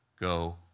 Go